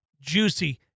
juicy